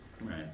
Right